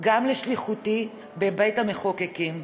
גם לשליחותי בבית המחוקקים.